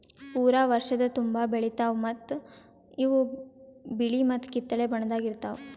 ಪೂರಾ ವರ್ಷದ ತುಂಬಾ ಬೆಳಿತಾವ್ ಮತ್ತ ಇವು ಬಿಳಿ ಮತ್ತ ಕಿತ್ತಳೆ ಬಣ್ಣದಾಗ್ ಇರ್ತಾವ್